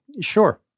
Sure